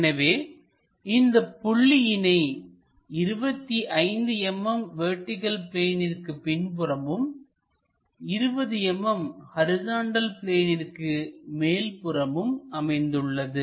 எனவே இந்த புள்ளியினை 25 mm வெர்டிகள் பிளேனிற்கு பின் புறமும் 20 mm ஹரிசாண்டல் பிளேனிற்கு மேல் புறமும் அமைந்துள்ளது